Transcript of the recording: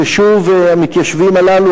ששוב המתיישבים הללו,